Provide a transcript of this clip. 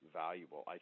valuable